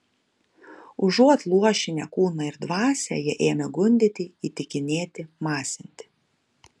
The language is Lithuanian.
užuot luošinę kūną ir dvasią jie ėmė gundyti įtikinėti masinti